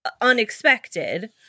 unexpected